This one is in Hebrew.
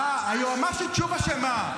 אה, היועמ"שית שוב אשמה?